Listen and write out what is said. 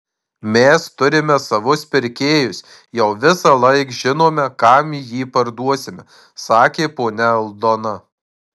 mes turime savus pirkėjus jau visąlaik žinome kam jį parduosime sakė ponia aldona